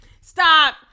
Stop